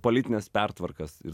politines pertvarkas ir